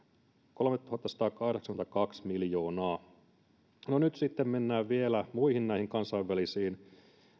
kolmetuhattasatakahdeksankymmentäkaksi miljoonaa nyt sitten mennään vielä näihin muihin kansainvälisiin